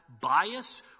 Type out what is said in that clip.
bias